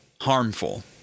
harmful